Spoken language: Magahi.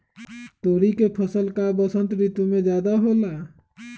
तोरी के फसल का बसंत ऋतु में ज्यादा होला?